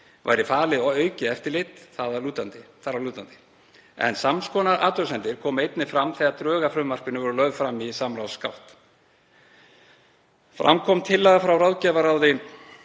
væri falið aukið eftirlit þar að lútandi, en sams konar athugasemdir komu einnig fram þegar drög að frumvarpinu voru lögð fram í samráðsgátt. Fram kom tillaga frá ráðgjafaráði